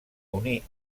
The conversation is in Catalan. unir